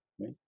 right